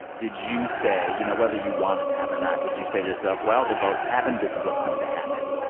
did you say you know, whether you want it to happen not, did you say to yourself, well, the votes happened this is what's going to happen?